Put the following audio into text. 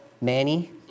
Manny